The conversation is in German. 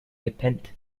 gepennt